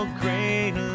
great